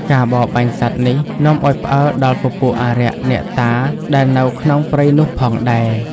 ការបរបាញ់សត្វនេះនាំឱ្យផ្អើលដល់ពពួកអារក្ស អ្នកតាដែលនៅក្នុងព្រៃនោះផងដែរ។